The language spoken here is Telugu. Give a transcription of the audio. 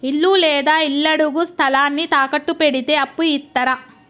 ఇల్లు లేదా ఇళ్లడుగు స్థలాన్ని తాకట్టు పెడితే అప్పు ఇత్తరా?